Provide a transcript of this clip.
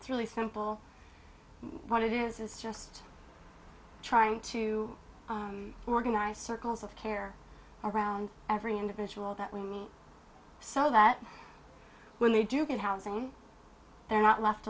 it's really simple what it is is just trying to organize circles of care around every individual that we meet so that when they do get housing they're not left